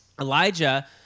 Elijah